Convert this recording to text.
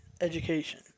education